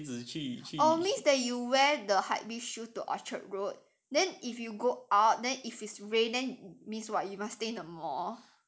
oh means that you wear the hypebeast shoes to orchard road then if you go out then if it's rain then means what you must stay in the mall